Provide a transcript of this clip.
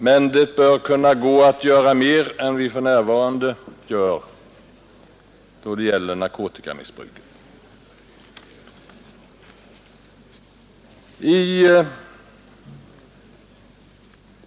Men det bör kunna gå att göra mer än vi för närvarande gör då det gäller narkotikamissbruket.